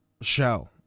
show